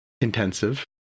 intensive